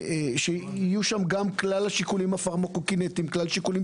שתכלול את כלל השיקולים הפרמקוקינטים ואת כלל השיקולים